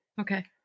Okay